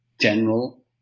general